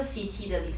对对对